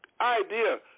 idea